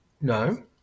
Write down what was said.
No